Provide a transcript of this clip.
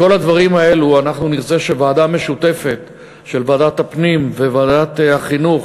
בכל הדברים האלה אנחנו נרצה שוועדה משותפת של ועדת הפנים וועדת החינוך,